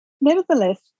Nevertheless